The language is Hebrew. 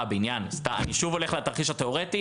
בעניין אני שוב הולך לתרחיש התיאורטי